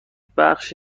بخش